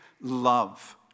love